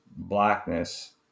blackness